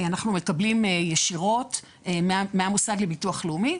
אנחנו מקבלים ישירות מהמוסד לביטוח לאומי.